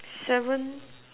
seven